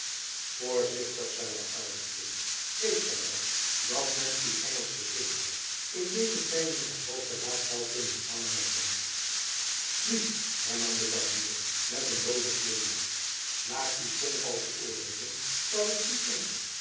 voorzichtig zeide arlington weet gy wel dat men uw engelsgezindheid in deze tijden als hoog verraad zoû kunnen aanmerken nu hernam de barbier met een lozen glimlach naar uw tongval te oordeelen zoû ik niet denken